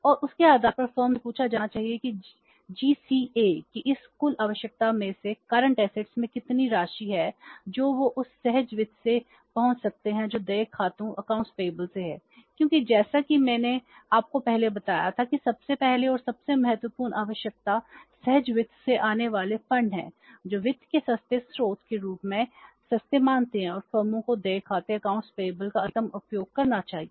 और उसके आधार पर फर्म से पूछा जाना चाहिए कि जीसीए का अधिकतम उपयोग करना चाहिए